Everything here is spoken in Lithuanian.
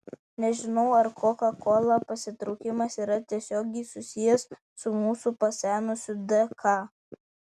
nežinau ar koka kola pasitraukimas yra tiesiogiai susijęs su mūsų pasenusiu dk